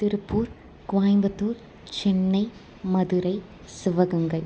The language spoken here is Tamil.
திருப்பூர் கோயம்புத்தூர் சென்னை மதுரை சிவகங்கை